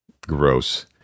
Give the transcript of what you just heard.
Gross